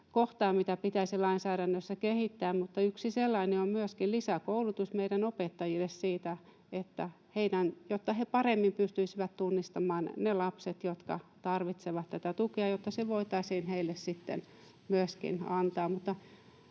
kohtaa, mitä pitäisi lainsäädännössä kehittää, mutta yksi sellainen on myöskin lisäkoulutus meidän opettajille, jotta he paremmin pystyisivät tunnistamaan ne lapset, jotka tarvitsevat tätä tukea, jotta se voitaisiin heille sitten myöskin antaa.